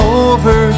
over